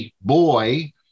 boy